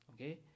Okay